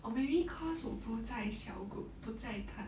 or maybe cause 我不在 cell group 不在他